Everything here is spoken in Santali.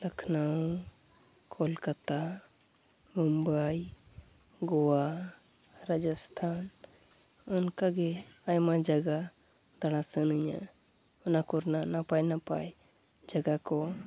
ᱞᱚᱠᱷᱱᱳᱣ ᱠᱳᱞᱠᱟᱛᱟ ᱢᱩᱢᱵᱟᱭ ᱜᱳᱣᱟ ᱨᱟᱡᱚᱥᱛᱷᱟᱱ ᱚᱱᱠᱟᱜᱮ ᱟᱭᱢᱟ ᱡᱟᱜᱟ ᱫᱟᱬᱟ ᱥᱟᱱᱟᱧᱟᱹ ᱚᱱᱟᱠᱚ ᱨᱮᱱᱟᱜ ᱱᱟᱯᱟᱭᱼᱱᱟᱯᱟᱭ ᱡᱟᱜᱟᱠᱚ